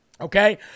Okay